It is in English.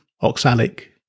oxalic